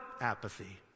apathy